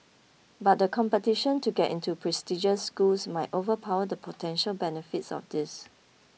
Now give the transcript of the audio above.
but the competition to get into prestigious schools might overpower the potential benefits of this